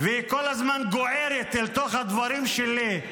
לא נגמל מדפוס ההתנהלות העברייני שהוא גדל עליו.